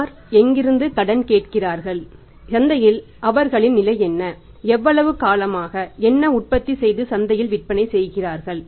யார் எங்கிருந்து கடன் கேட்கிறார்கள் சந்தையில் அவர்களின் நிலை என்ன எவ்வளவு காலம் என்ன உற்பத்தி செய்து சந்தையில் விற்பனை செய்கிறார்கள்